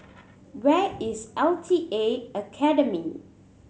where is L T A Academy